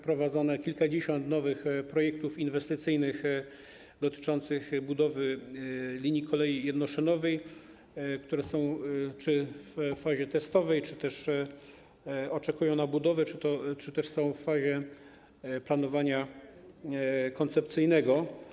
Prowadzonych jest kilkadziesiąt nowych projektów inwestycyjnych dotyczących budowy linii kolei jednoszynowej, które są w fazie testowej, oczekują na budowę czy też są w fazie planowania koncepcyjnego.